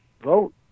vote